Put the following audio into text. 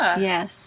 Yes